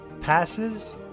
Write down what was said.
passes